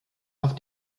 auf